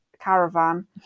caravan